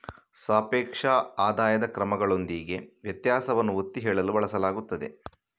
ಸಾಪೇಕ್ಷ ಆದಾಯದ ಕ್ರಮಗಳೊಂದಿಗೆ ವ್ಯತ್ಯಾಸವನ್ನು ಒತ್ತಿ ಹೇಳಲು ಬಳಸಲಾಗುತ್ತದೆ